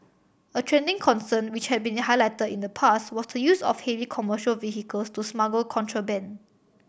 a trending concern which had been highlighted in the past was the use of heavy commercial vehicles to smuggle contraband